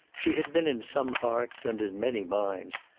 she had been in some hearts and in many minds,